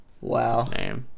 Wow